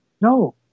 No